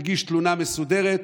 מגיש תלונה מסודרת.